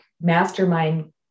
mastermind